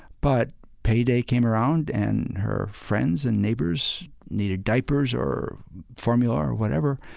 but payday came around and her friends and neighbors needed diapers or formula or whatever,